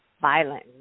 violent